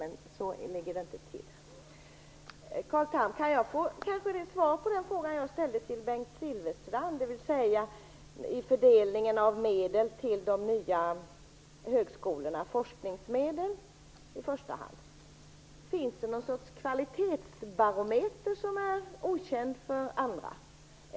Så ligger det inte till. Kan jag av Carl Tham få svar på den fråga jag ställde till Bengt Silfverstrand och som rörde fördelningen av medel till de nya högskolorna, i första hand forskningsmedel? Finns det något slags kvalitetsbarometer som är okänd för andra?